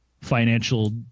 financial